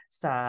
sa